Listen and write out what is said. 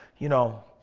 you know,